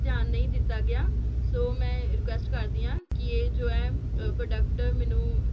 ਧਿਆਨ ਨਹੀਂ ਦਿੱਤਾ ਗਿਆ ਸੋ ਮੈਂ ਰਿਕੂਐਸਟ ਕਰਦੀ ਹਾਂ ਕਿ ਇਹ ਜੋ ਹੈ ਪ੍ਰੋਡਕਟ ਮੈਨੂੰ